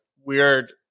weird